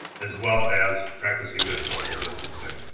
as well as practicing good social distancing.